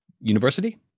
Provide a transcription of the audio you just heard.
university